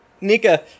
Nika